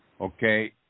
okay